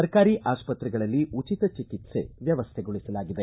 ಸರ್ಕಾರಿ ಆಸ್ಪತ್ರೆಗಳಲ್ಲಿ ಉಚಿತ ಚಿಕಿತ್ಸೆ ವ್ಯವಸ್ಥೆಗೊಳಿಸಲಾಗಿದೆ